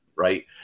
Right